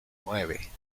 nueve